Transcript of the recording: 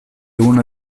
una